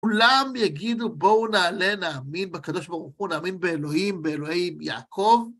כולם יגידו בואו נעלה, נאמין בקדוש ברוך הוא, נאמין באלוהים, באלוהים יעקב.